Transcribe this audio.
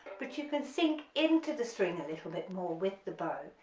but you can sink into the string a little bit more with the bow.